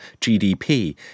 GDP